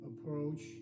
approach